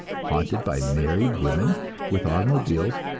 haunted by married women with automobiles,